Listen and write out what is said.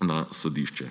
na sodišču.